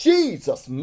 Jesus